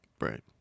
Right